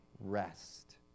rest